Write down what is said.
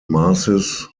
masses